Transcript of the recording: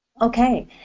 Okay